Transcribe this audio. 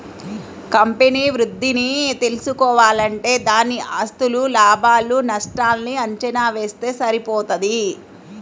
company వృద్ధిని తెల్సుకోవాలంటే దాని ఆస్తులు, లాభాలు నష్టాల్ని అంచనా వేస్తె సరిపోతది